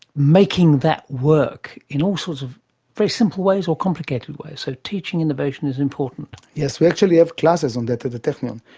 making that work in all sorts of very simple ways or complicated ways. so teaching innovation is important. yes, we actually have classes on that at the technion.